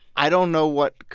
i don't know what